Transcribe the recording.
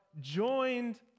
joined